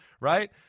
Right